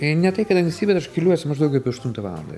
tai ne tai kad anksti bet aš keliuosi maždaug apie aštuntą valandą